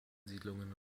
siedlungen